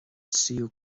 tríú